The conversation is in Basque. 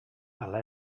hala